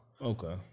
Okay